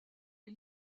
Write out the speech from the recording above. les